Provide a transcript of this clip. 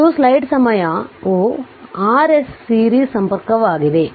ಇದು ಸ್ಲೈಡ್ ಸಮಯವು Rs series ಸಂಪರ್ಕವಾಗಿದೆ